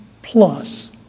Plus